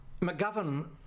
McGovern